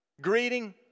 greeting